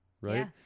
right